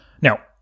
Now